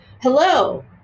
hello